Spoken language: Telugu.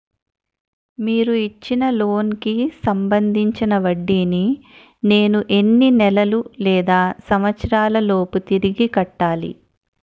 మీరు ఇచ్చిన లోన్ కి సంబందించిన వడ్డీని నేను ఎన్ని నెలలు లేదా సంవత్సరాలలోపు తిరిగి కట్టాలి?